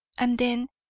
and then,